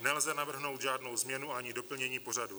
Nelze navrhnout žádnou změnu ani doplnění pořadu.